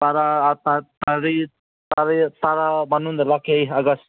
ꯇꯔꯥ ꯑꯥ ꯇꯔꯦꯠ ꯇꯔꯦꯠ ꯇꯔꯥ ꯃꯅꯨꯡꯗ ꯂꯥꯛꯀꯦ ꯑꯩ ꯑꯥꯒꯁ